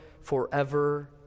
forever